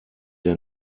der